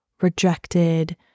rejected